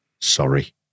sorry